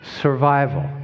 survival